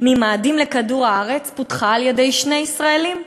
ממאדים לכדור-הארץ פותחה על-ידי שני ישראלים.